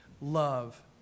love